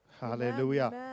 Hallelujah